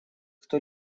кто